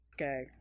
okay